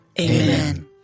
Amen